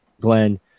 Glenn